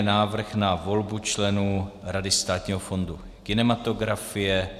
Návrh na volbu členů Rady Státního fondu kinematografie